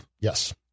yes